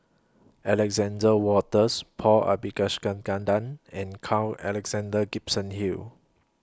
Alexander Wolters Paul Abisheganaden and Carl Alexander Gibson Hill